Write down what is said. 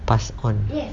pass on